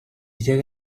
llega